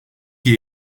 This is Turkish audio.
iyi